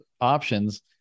options